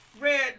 Red